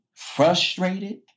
frustrated